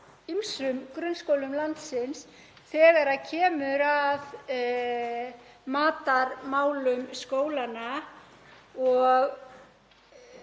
ýmsum grunnskólum landsins þegar kemur að matarmálum skólanna.